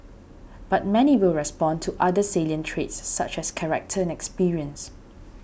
but many will respond to other salient traits such as character and experience